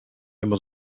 immer